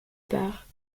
barre